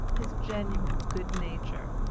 his genuine good-nature,